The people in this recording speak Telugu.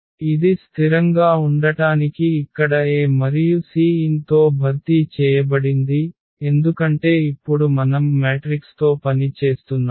ఇది స్థిరంగా ఉండటానికి ఇక్కడ A మరియు c n తో భర్తీ చేయబడింది ఎందుకంటే ఇప్పుడు మనం మ్యాట్రిక్స్తో పని చేస్తున్నాము